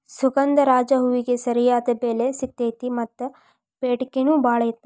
ಸುಗಂಧರಾಜ ಹೂವಿಗೆ ಸರಿಯಾದ ಬೆಲೆ ಸಿಗತೈತಿ ಮತ್ತ ಬೆಡಿಕೆ ನೂ ಬಾಳ ಅದ